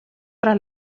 para